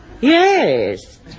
Yes